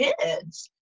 kids